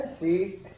see